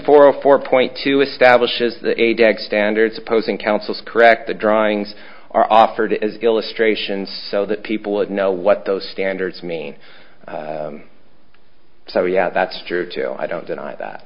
four a four point two establishes that a deck standards opposing counsel correct the drawings are offered as illustrations so that people would know what those standards mean yeah that's true too i don't deny